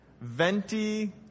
Venti